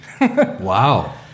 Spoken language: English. Wow